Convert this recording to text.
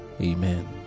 Amen